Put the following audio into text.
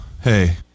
hey